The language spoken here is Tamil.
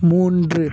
மூன்று